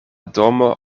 domo